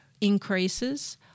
increases